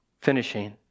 finishing